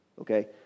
okay